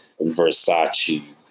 Versace